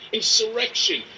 Insurrection